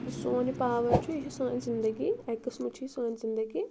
یہِ سون یہِ پاوَر چھُ یہِ چھِ سٲنۍ زندگی اَکہِ قٕسمہٕ چھِ یہِ سٲنۍ زندگی